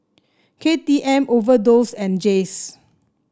K T M Overdose and Jays